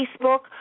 Facebook